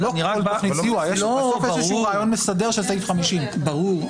אני רק ----- יש רעיון מסדר של סעיף 50. ברור.